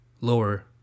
lower